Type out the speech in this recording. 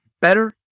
better